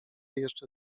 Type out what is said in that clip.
jeszcze